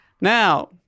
Now